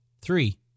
three